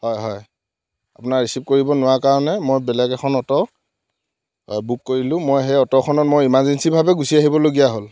হয় হয় আপোনাৰ ৰিচিভ কৰিব নোৱাৰা কাৰণে মই বেলেগ এখন অট' বুক কৰিলোঁ মই সেই অট'খনত মই ইমাৰ্জেন্সীভাৱে গুছি আহিবলগীয়া হ'ল